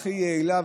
הכי יעילה,